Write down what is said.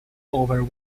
over